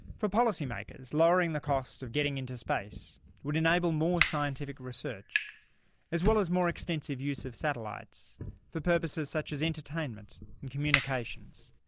for policy makers lowering the cost of getting into space would enable more scientific research as well as more extensive use of satellites for purposes such as entertainment and communications.